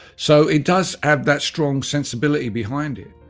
so it does have that strong sensibility behind it.